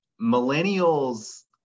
millennials